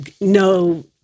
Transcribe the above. no